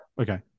Okay